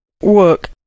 work